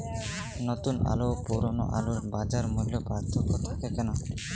নতুন আলু ও পুরনো আলুর বাজার মূল্যে পার্থক্য থাকে কেন?